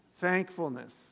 thankfulness